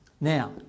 Now